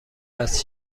وصل